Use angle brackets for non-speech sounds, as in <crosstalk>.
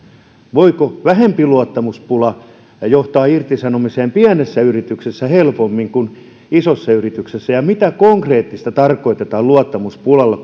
voiko vähempi luottamuspula johtaa irtisanomiseen pienessä yrityksessä helpommin kuin isossa yrityksessä ja mitä konkreettista tarkoitetaan luottamuspulalla <unintelligible>